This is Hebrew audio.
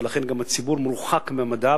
ולכן גם הציבור מורחק מהמדע,